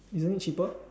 isn't it cheaper